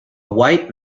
white